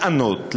לענות,